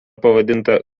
pavadinta